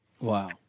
Wow